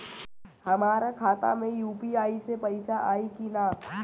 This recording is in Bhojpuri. हमारा खाता मे यू.पी.आई से पईसा आई कि ना?